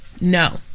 No